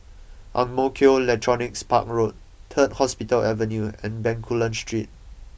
Ang Mo Kio Electronics Park Road Third Hospital Avenue and Bencoolen Street